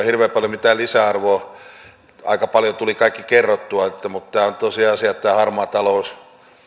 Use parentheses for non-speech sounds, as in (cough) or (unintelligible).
(unintelligible) hirveän paljon mitään lisäarvoa aika paljon tuli kaikki kerrottua mutta tämä on tosiasia että harmaa talous